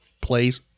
plays